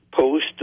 post